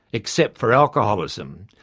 except for alcoholism.